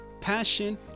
passion